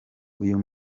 uyu